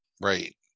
Right